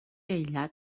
aïllat